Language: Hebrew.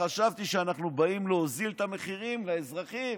חשבתי שאנחנו באים להוריד את המחירים לאזרחים.